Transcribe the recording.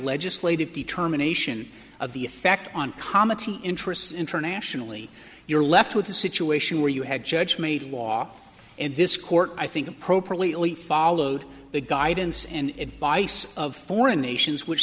legislative determination of the effect on common interests internationally you're left with a situation where you have judge made law and this court i think appropriately followed the guidance and advice of foreign nations which